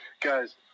Guys